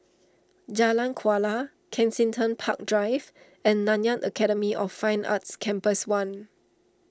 Jalan Kuala Kensington Park Drive and Nanyang Academy of Fine Arts Campus one